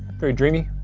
very dreamy,